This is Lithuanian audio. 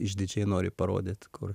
išdidžiai nori parodyt kur